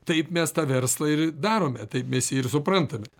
taip mes tą verslą ir darome taip mes jį ir suprantame